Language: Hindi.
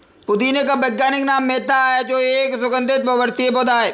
पुदीने का वैज्ञानिक नाम मेंथा है जो एक सुगन्धित बहुवर्षीय पौधा है